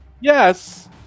Yes